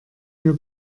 mir